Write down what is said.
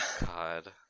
God